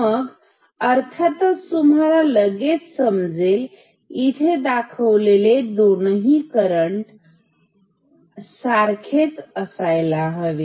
मग अर्थातच तुम्हाला लगेच समजेल इथे हे दाखविलेले दोनही करंट हा आणि हा सारखेच असायला हवे